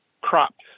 crops